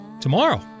tomorrow